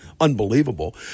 unbelievable